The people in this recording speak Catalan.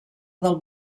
del